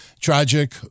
tragic